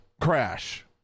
crash